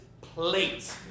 plate